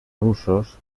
russos